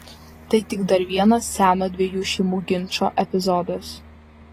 tai tik dar vienas seno dviejų šeimų ginčo epizodas